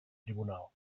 tribunal